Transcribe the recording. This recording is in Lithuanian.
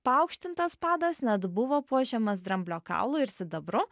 paaukštintas padas net buvo puošiamas dramblio kaulu ir sidabru